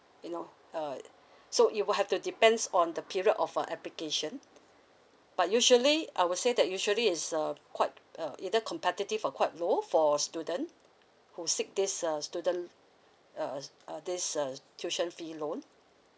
you know uh so it will have to depends on the period of uh application but usually I would say that usually it's uh quite uh either competitive or quite low for student who seek this uh student uh uh this uh tuition fee loan